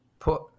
put